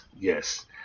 yes